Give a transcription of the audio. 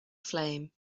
flame